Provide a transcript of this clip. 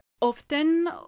often